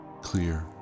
clear